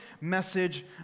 message